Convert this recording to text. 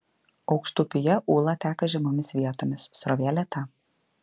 aukštupyje ūla teka žemomis vietomis srovė lėta